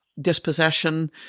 Dispossession